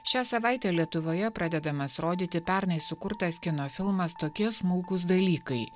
šią savaitę lietuvoje pradedamas rodyti pernai sukurtas kino filmas tokie smulkūs dalykai